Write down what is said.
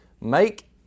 Make